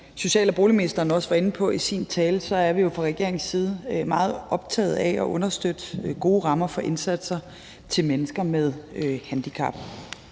social- og boligministeren også var inde på i sin tale, er vi jo fra regeringens side meget optaget af at understøtte gode rammer for indsatser til mennesker med handicap.